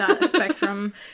spectrum